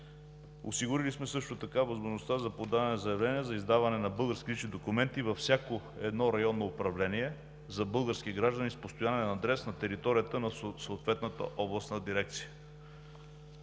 Осигурили сме също така възможността за подаване на заявления за издаване на български лични документи във всяко едно районно управление за български граждани с постоянен адрес на територията на съответната областна дирекция,